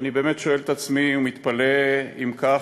ואני באמת שואל את עצמי ומתפלא: אם כך,